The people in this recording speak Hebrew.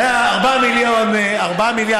זה היה 4.100 מיליארד.